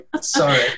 Sorry